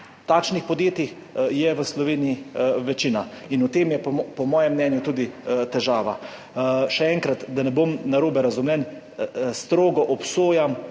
takšnih podjetij je v Sloveniji večina. V tem je po mojem mnenju tudi težava. Še enkrat, da ne bom narobe razumljen, strogo obsojam